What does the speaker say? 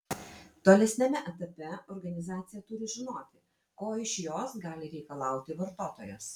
tolesniame etape organizacija turi žinoti ko iš jos gali reikalauti vartotojas